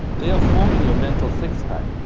they are forming your mental six-pack.